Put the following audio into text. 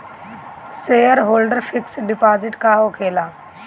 Shareholder fix deposit का होखे ला?